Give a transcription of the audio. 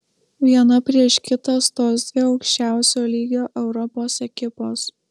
viena prieš kitą stos dvi aukščiausio lygio europos ekipos